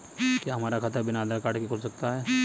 क्या हमारा खाता बिना आधार कार्ड के खुल सकता है?